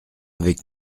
avec